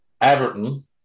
Everton